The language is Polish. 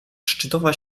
szczytowa